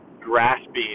grasping